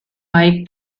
mike